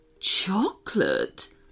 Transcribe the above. Chocolate